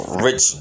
rich